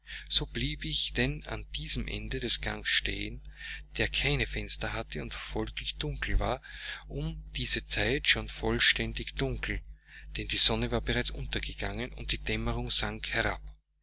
so blieb ich denn an diesem ende des ganges stehen der keine fenster hatte und folglich dunkel war um diese zeit schon vollständig dunkel denn die sonne war bereits untergegangen und die dämmerung sank herab